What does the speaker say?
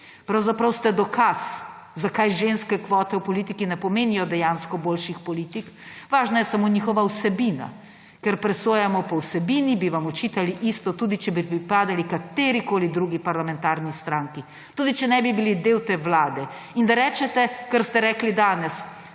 Pravzaprav ste dokaz, zakaj ženske kvote v politike ne pomenijo dejansko boljših politik, važna je samo njihova vsebina. Ker presojamo po vsebini, bi vam očitali isto, tudi če bi pripadali katerikoli drugi parlamentarni stranki. Tudi če ne bi bili del te vlade. In da rečete, kar ste rekli danes: